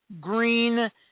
Green